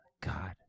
God